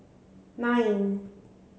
nine